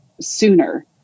sooner